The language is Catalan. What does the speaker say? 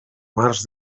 març